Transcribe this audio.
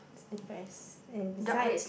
it's depressed and besides